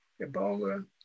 Ebola